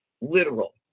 literal